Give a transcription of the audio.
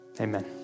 amen